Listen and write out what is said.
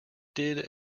did